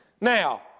now